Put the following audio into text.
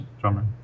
Drummer